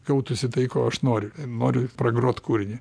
gautųsi tai ko aš noriu noriu pragrot kūrinį